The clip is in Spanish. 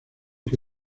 que